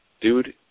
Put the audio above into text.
dude